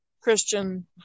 Christian